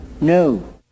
no